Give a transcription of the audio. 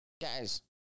guys